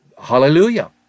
Hallelujah